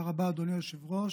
תודה רבה, אדוני היושב-ראש.